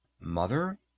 Mother